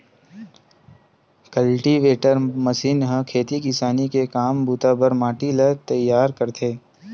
cultivator machine ह खेती किसानी के काम बूता बर माटी ल तइयार करथे